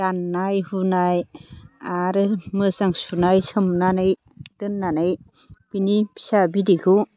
दान्नाय हुनाय आरो मोजां सुनाय सोमनानै दोननानै बेनि फिसा बिदैखौ